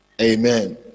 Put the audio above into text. amen